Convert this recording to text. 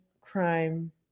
crime